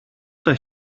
στα